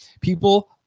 people